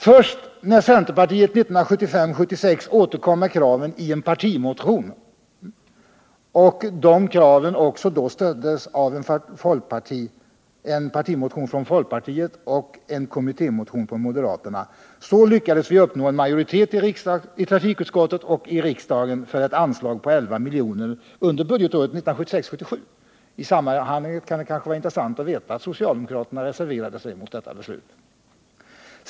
Först när centerpartiet 1975 77. I sammanhanget kan det kanske vara intressant att veta att socialdemokraterna reserverade sig mot detta beslut.